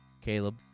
Caleb